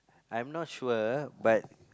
I am not sure but